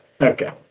okay